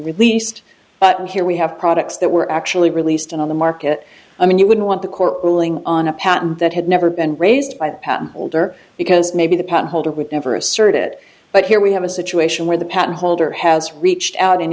released but here we have products that were actually released on the market i mean you wouldn't want the court ruling on a patent that had never been raised by the patent holder because maybe the patent holder would never assert it but here we have a situation where the patent holder has reached out and